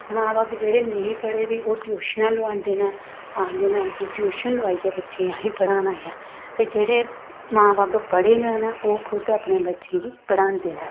मां बब्ब जेह्ड़े निं ही पढ़े दे ओह् ट्यूशनां लोआंदे ने आखदे न कि ट्यूशन लोआइयै बच्चें गी असें पढ़ाना ऐ ते जेह्ड़े मां बब्ब पढ़े दे न ओह् खुद अपने बच्चें गी पढांदे न